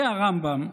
זה הרמב"ם,